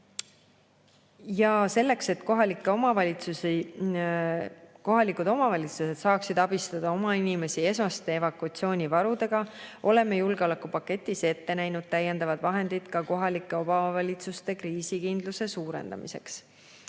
Selleks, et kohalikud omavalitsused saaksid abistada oma inimesi esmaste evakuatsioonivarudega, oleme julgeolekupaketis ette näinud täiendavad vahendid ka kohalike omavalitsuste kriisikindluse suurendamiseks.